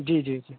जी जी जी